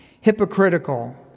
Hypocritical